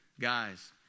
Guys